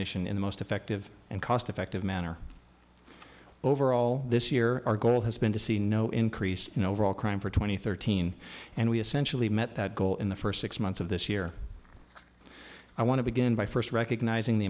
mission in the most effective and cost effective manner overall this year our goal has been to see no increase in overall crime for twenty thirteen and we essentially met that goal in the first six months of this year i want to begin by first recognizing the